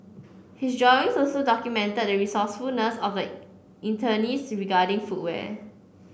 his drawings also documented the resourcefulness of the internees regarding footwear